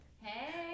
Hey